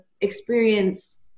experience